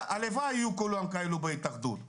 הלוואי יהיו כולם בהתאחדות כמו ניר שיושב פה.